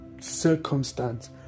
circumstance